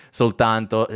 soltanto